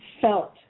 felt